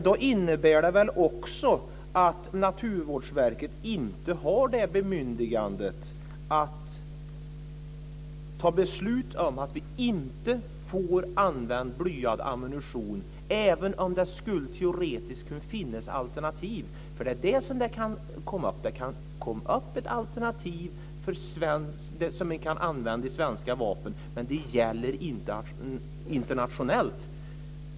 Det innebär väl då att Naturvårdsverket inte har bemyndigandet att fatta beslut om att vi inte får använda blyad ammunition även om det teoretiskt skulle kunna finnas alternativ. Det är nämligen det som kan dyka upp. Det kan dyka upp ett alternativ som man kan använda i svenska vapen, men det gäller inte internationellt.